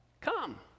come